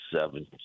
seven